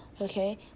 okay